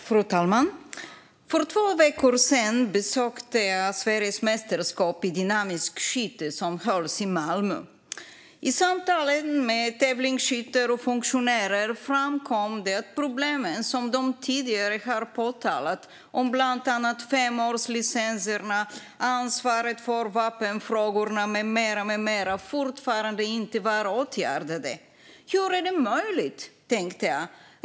Fru talman! För två veckor sedan besökte jag svenska mästerskapet i dynamiskt skytte, som hölls i Malmö. I samtalen med tävlingsskyttar och funktionärer framkom att de problem som de tidigare har påtalat gällande bland annat femårslicenserna och ansvaret för vapenfrågorna fortfarande inte var åtgärdade. Hur är det möjligt? tänkte jag.